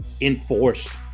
enforced